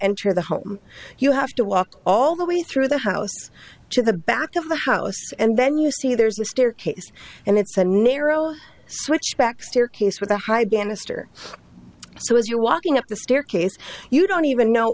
enter the home you have to walk all the way through the house to the back of the house and then you see there's a staircase and it's a narrow switchback staircase with a hygienist or so as you're walking up the staircase you don't even know